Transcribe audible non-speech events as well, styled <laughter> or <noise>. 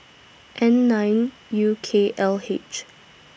N nine U K L H <noise>